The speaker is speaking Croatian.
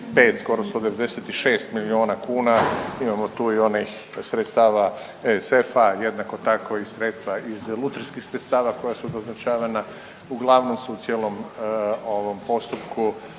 skoro 196 milijuna kuna, imam tu i onih sredstava ESF-a, a jednako tako sredstva iz lutrijskih sredstava koja su doznačavana uglavnom su u ovom cijelom postupku